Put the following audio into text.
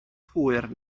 hwyr